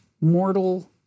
mortal